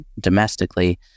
domestically